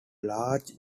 large